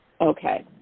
Okay